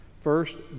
First